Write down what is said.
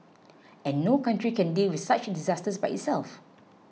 and no country can deal with such disasters by itself